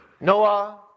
Noah